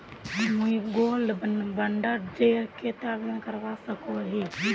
मुई gold bond डेर केते आवेदन करवा सकोहो ही?